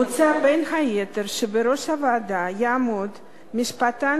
מוצע בין היתר שבראש הוועדה יעמוד משפטן